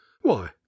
Why